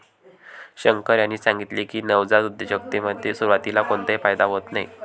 शंकर यांनी सांगितले की, नवजात उद्योजकतेमध्ये सुरुवातीला कोणताही फायदा होत नाही